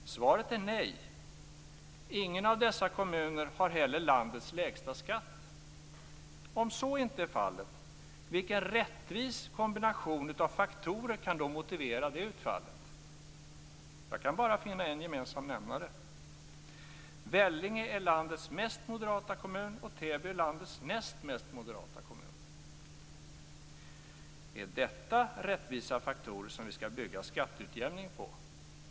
Svaret är nej. Ingen av dessa kommuner har heller landets lägsta skatt. Om så inte är fallet, vilken rättvis kombination av faktorer kan då motivera utfallet? Jag kan bara finna en gemensam nämnare. Vellinge är landets mest moderata kommun, och Täby är landets näst mest moderata kommun. Är detta rättvisa faktorer som vi skall bygga skatteutjämningen på?